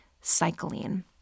cycling